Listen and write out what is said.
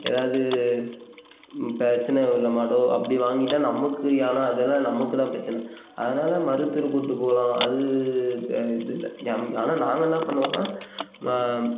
ஏதாவது பிரச்சனை உள்ள மாடோ அப்படி வாங்கிவிட்டா நமக்கு ஏன்னா அதெல்லாம் நமக்கு தான் பிரச்சனை அதனால் மருத்துவரை கூப்பிட்டு போகலாம் அது இது இல்லை ஆனால் நாங்கள் என்ன பண்ணுவோம்ன்னா